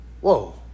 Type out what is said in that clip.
Whoa